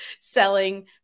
selling